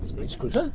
miss crusoe?